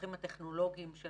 הצרכים הטכנולוגיים של